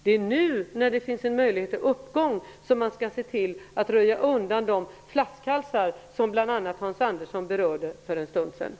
Det är nu, när det finns en möjlighet till uppgång, som man skall se till röja undan de flaskhalsar som bl.a. Hans Andersson berörde här tidigare.